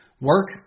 Work